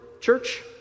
church